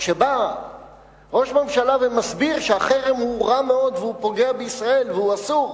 כשבא ראש ממשלה ומסביר שהחרם הוא רע מאוד והוא פוגע בישראל והוא אסור,